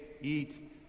eat